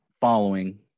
following